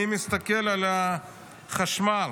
אני מסתכל על החשמל,